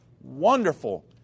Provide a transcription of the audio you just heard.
wonderful